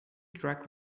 track